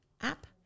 app